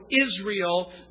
Israel